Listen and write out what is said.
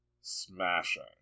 Smashing